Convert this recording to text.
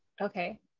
Okay